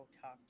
talk